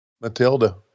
Matilda